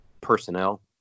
personnel